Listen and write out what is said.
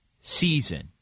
season